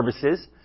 services